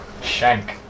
Shank